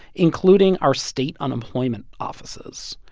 including our state unemployment offices,